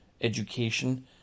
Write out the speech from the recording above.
education